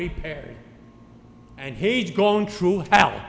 repaired and he'd gone through hell